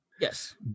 Yes